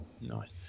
Nice